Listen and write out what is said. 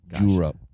Europe